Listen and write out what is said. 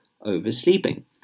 oversleeping